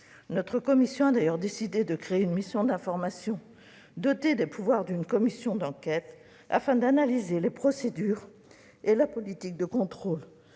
Notre commission a d'ailleurs décidé de créer une mission d'information dotée des pouvoirs d'une commission d'enquête afin d'analyser les procédures et la politique de contrôle